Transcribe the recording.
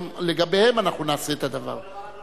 גם לגביהם אנחנו נעשה את הדבר.